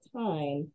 time